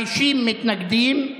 50 נגד, נמנעים,